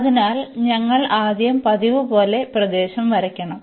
അതിനാൽ ഞങ്ങൾ ആദ്യം പതിവുപോലെ പ്രദേശം വരയ്ക്കണം